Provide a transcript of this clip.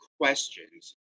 questions